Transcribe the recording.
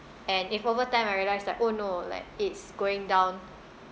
and if over time I realise like oh no like it's going down